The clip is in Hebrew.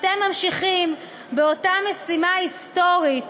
אתם ממשיכים באותה משימה היסטורית,